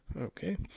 Okay